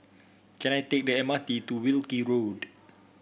can I take the M R T to Wilkie Road